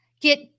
get